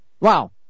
Wow